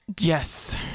Yes